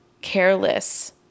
careless